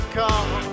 come